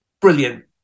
Brilliant